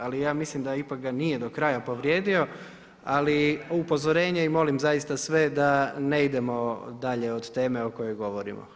Ali ja mislim da ipak ga nije do kraja povrijedio, ali upozorenje i molim zaista sve da ne idemo dalje od teme o kojoj govorimo.